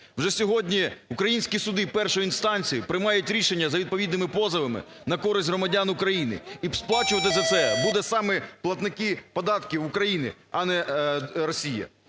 Вже сьогодні українські суди першої інстанції приймають рішення за відповідними позовами на користь громадян України. І сплачувати за це будуть саме платники податків України, а не Росія.